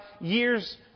years